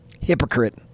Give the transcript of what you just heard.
Hypocrite